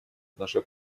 наша